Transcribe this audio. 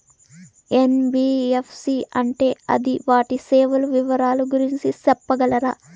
NBFC అంటే అది వాటి సేవలు వివరాలు గురించి సెప్పగలరా?